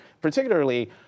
particularly